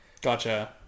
Gotcha